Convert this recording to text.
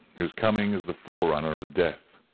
whose coming is the forerunner of death.